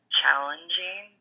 challenging